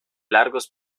largos